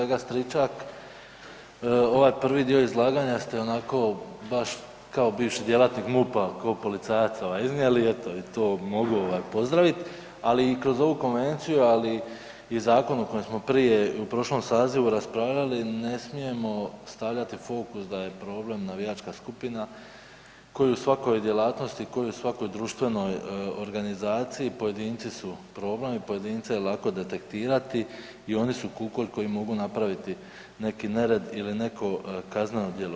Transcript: Kolega Stričak ovaj prvi dio izlaganja ste onako baš kao bivši djelatnik MUP-a, kao policajac iznijeli eto i to mogu ovaj pozdravit, ali i kroz ovu konvenciju, ali i zakon o kojem smo prije u prošlom sazivu raspravljali ne smijemo stavljati fokus da je problem navijačka skupina ko i u svakoj djelatnosti, ko i u svakoj društvenoj organizaciji pojedinici su problem i pojedince je lako detektirati i oni su kukolj koji mogu napraviti neki nered ili neko kazneno djelo.